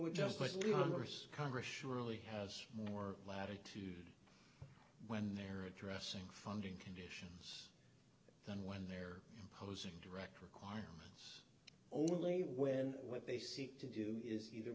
witnessed congress surely has more latitude when they're addressing funding conditions than when they're imposing direct requirements only when what they seek to do is either